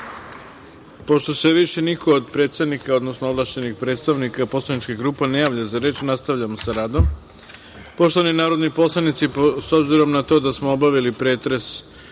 Hvala. Pošto se više niko od predsednika, odnosno ovlašćenih predstavnika poslaničkih grupa ne javlja za reč, nastavljamo sa radom. Poštovani narodni poslanici, obzirom na to da smo obavili pretres